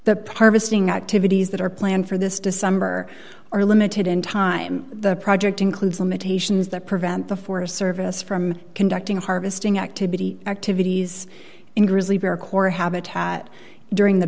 thing activities that are planned for this december are limited in time the project includes limitations that prevent the forest service from conducting harvesting activity activities in grizzly bear core habitat during the